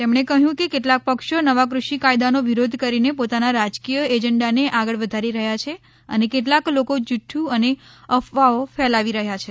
તેમણે કહ્યું કે કેટલાંક પક્ષો નવા કૃષિ કાયદાનો વિરોધ કરીને પોતાના રાજકીય એજન્ડાને આગળ વધારી રહ્યાં છે અને કેટલાંક લોકો જુઠુ અને અફવાઓ ફેલાવી રહ્યાં છે